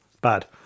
bad